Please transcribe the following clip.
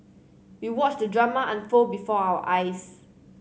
we watched the drama unfold before our eyes